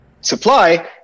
supply